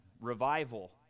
revival